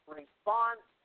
response